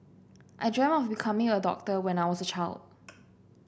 I dreamt of becoming a doctor when I was a child